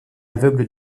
aveugle